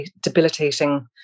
debilitating